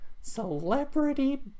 Celebrity